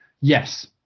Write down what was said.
Yes